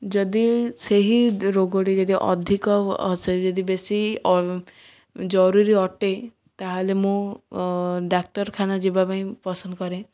ଯଦି ସେହି ରୋଗଟି ଯଦି ଅଧିକ ଯଦି ବେଶୀ ଜରୁରୀ ଅଟେ ତାହେଲେ ମୁଁ ଡାକ୍ଟରଖାନା ଯିବାପାଇଁ ପସନ୍ଦ କରେ